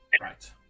right